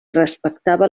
respectava